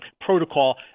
protocol